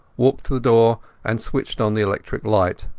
walked to the door and switched on the electric light.